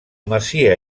masia